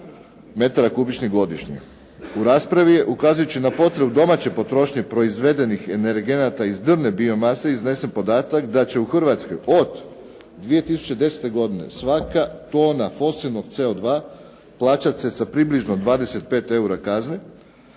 metara kubičnih godišnje. U raspravi je, ukazujući na potrebu domaće potrošnje proizvedenih energenata iz drvne biomase iznesen podatak da će u Hrvatskoj od 2010. godine svaka tona fosilnog CO2 plaćat se sa približno sa 25 eura kazne,